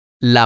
la